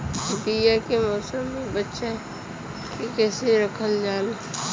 बीया ए मौसम में बचा के कइसे रखल जा?